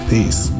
Peace